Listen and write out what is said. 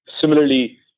Similarly